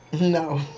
No